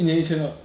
一年一千二